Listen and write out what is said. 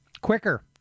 quicker